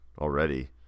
already